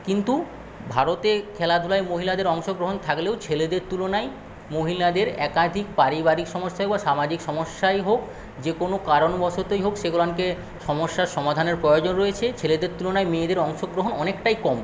কিন্তু ভারতে খেলাধুলায় মহিলাদের অংশগ্রহণ থাকলেও ছেলেদের তুলনায় মহিলাদের একাধিক পারিবারিক সমস্যা বা সামাজিক সমস্যাই হোক যে কোনো কারণ বশতই হোক সেগুলানকে সমস্যা সমাধানের প্রয়োজন রয়েছে ছেলেদের তুলনায় মেয়েদের অংশগ্রহণ অনেকটাই কম